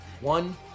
one